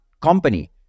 company